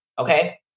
Okay